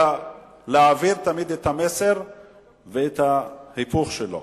אלא להעביר תמיד את המסר ואת ההיפוך שלו.